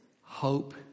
Hope